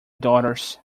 daughters